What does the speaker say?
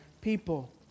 people